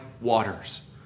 waters